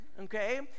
okay